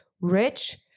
rich